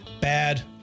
Bad